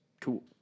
cool